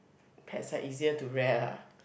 pets are easier to rare lah